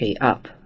up